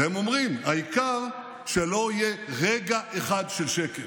והם אומרים: העיקר שלא יהיה רגע אחד של שקט.